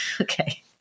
Okay